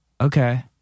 okay